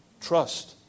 Trust